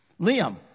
Liam